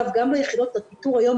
ביחידות האיתור היום,